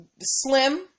Slim